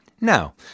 Now